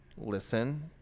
listen